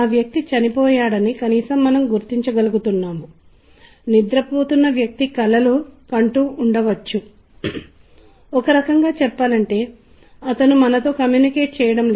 ఈ ప్రత్యేక ఉపన్యాసం చేయడానికి కారణం ఏమిటంటే ఇవన్నీ వారు ఏమి చేస్తున్నారో తెలిసిన వ్యక్తులు చాలా జాగ్రత్తగా తీర్చుతారు అనే వాస్తవాన్ని మీకు తెలియజేయడం